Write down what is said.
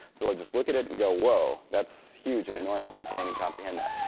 so they'll just look at it and go whoa. that's huge and enormous. i can't even comprehend that.